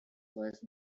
first